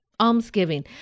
Almsgiving